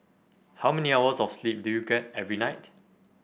how many hours of sleep do you get every night